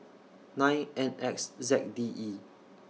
nine N X Z D E